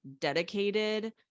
dedicated